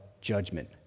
judgment